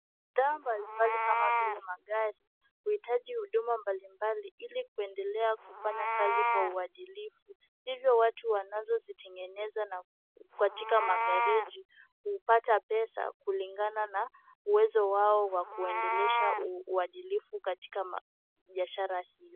Bidhaa mbalimbali kama vile magari huitaji huduma mbalimbali ili kuendelea kufanya kazi kwa uadilifu. Hivyo watu wanazozitengeneza na katika magareji hupata pesa kulingana na uwezo wao wa kuendelesha uadilifu katika biashara hiyo.